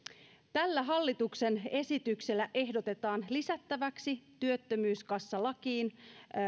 tällä hallituksen esityksellä ehdotetaan lisättäväksi työttömyyskassalakiin